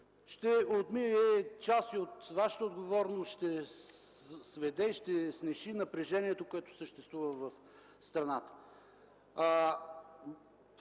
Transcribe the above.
ще отмият част и от вашата отговорност, ще сведат, ще снишат напрежението, което съществува в страната.